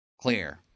Clear